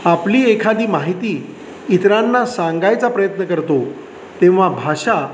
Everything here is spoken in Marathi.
आपली एखादी माहिती इतरांना सांगायचा प्रयत्न करतो तेव्हा भाषा